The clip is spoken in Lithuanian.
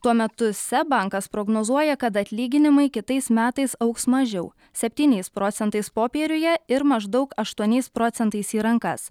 tuo metu seb bankas prognozuoja kad atlyginimai kitais metais augs mažiau septyniais procentais popieriuje ir maždaug aštuoniais procentais į rankas